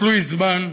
ותלוי זמן,